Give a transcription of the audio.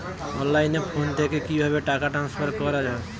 অনলাইনে ফোন থেকে কিভাবে টাকা ট্রান্সফার করা হয়?